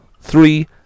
Three